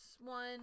one